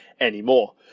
anymore